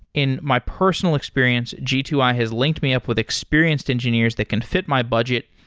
in my personal experience, g two i has linked me up with experienced engineers that can fit my budget,